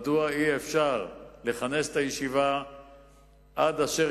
מדוע אי-אפשר לכנס את הישיבה עד אשר